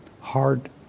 hard